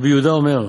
רבי יהודה אומר,